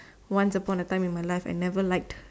once upon a time in my life I never liked